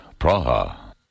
Praha